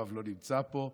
יואב לא נמצא פה,